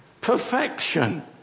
Perfection